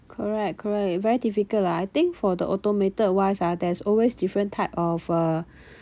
correct correct very difficult lah I think for the automated wise ah there's always different type of uh